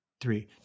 three